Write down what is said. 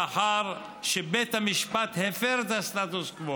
לאחר שבית המשפט הפר את הסטטוס קוו